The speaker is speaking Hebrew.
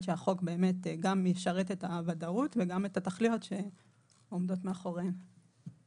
שהחוק באמת גם ישרת את הוודאות וגם את התכליות שעומדות מאחורי הצעות החוק.